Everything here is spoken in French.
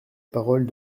parole